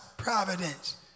providence